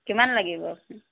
কিমান লাগিব